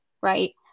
right